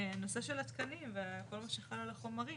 הנושא של התקנים וכל מה שחל על החומרים